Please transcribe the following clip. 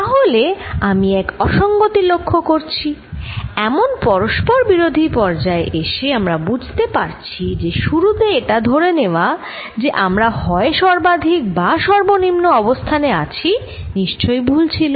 তাহলে আমি এক অসঙ্গতি লক্ষ্য করছি এমন পরস্পরবিরোধী পর্যায়ে এসে আমরা বুঝতে পারছি যে শুরু তে এটা ধরে নেওয়া যে আমরা হয় সর্বাধিক বা সর্বনিম্ন অবস্থানে আছি নিশ্চই ভুল ছিল